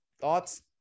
Thoughts